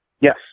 Yes